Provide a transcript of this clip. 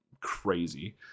crazy